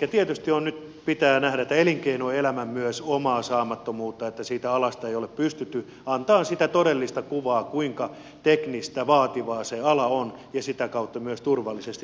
ja tietysti nyt pitää nähdä että on myös elinkeinoelämän omaa saamattomuutta että ei ole pystytty antamaan todellista kuvaa alasta siltä osin kuinka teknistä ja vaativaa se ala on ja sitä kautta myöskään turvallisesti työllistämään